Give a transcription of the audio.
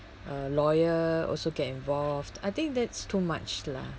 uh lawyer also get involved I think that's too much lah